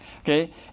Okay